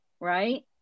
right